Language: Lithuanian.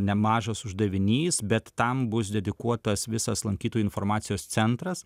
nemažas uždavinys bet tam bus dedikuotas visas lankytojų informacijos centras